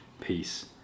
peace